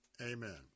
amen